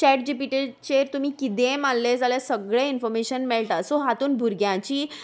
chat G P टीचेर तुमी किदेंय मारलें जाल्यार सगळें इनफोर्मेशन मेळटा सो हातूंत भुरग्यांची